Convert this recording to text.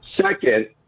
Second